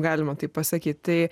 galima taip pasakyt tai